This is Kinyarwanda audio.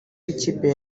w’ikipe